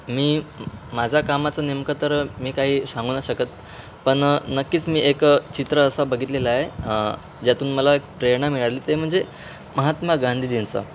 मी माझा कामाचं नेमकं तर मी काही सांगू नाही शकत पण नक्कीच मी एक चित्र असा बघितलेला आहे ज्यातून मला एक प्रेरणा मिळाली ते म्हणजे महात्मा गांधीजींचा